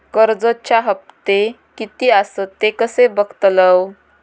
कर्जच्या हप्ते किती आसत ते कसे बगतलव?